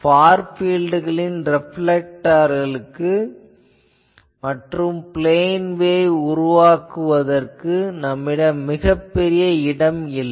for பீல்ட்களின் ரெப்லேக்டர்களுக்கு மற்றும் பிளேன் வேவ் உருவாக்குவதற்கு நம்மிடம் மிகப்பெரிய இடம் இல்லை